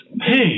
hey